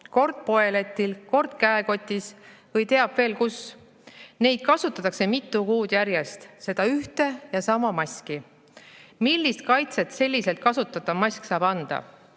kord poeletil, kord käekotis või teab veel kus. Neid kasutatakse mitu kuud järjest, seda ühte ja sama maski. Millist kaitset selliselt kasutatav mask saab anda?